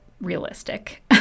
realistic